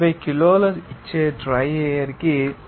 50 కిలోలు ఇచ్చే dry air కి